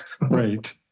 right